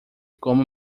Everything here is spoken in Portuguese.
como